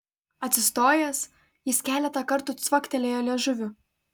atsistojęs jis keletą kartų cvaktelėjo liežuviu